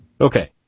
Okay